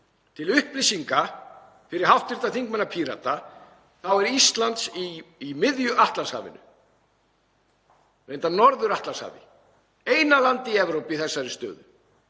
Til upplýsingar fyrir hv. þingmann Pírata er Ísland í miðju Atlantshafinu, reyndar Norður-Atlantshafi, eina landið í Evrópu í þessari stöðu